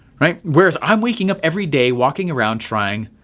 right? whereas i'm waking up every day walking around trying,